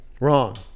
Wrong